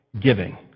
giving